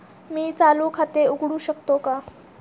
मी चालू खाते उघडू शकतो का?